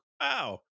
wow